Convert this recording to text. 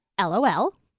LOL